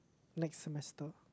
next semester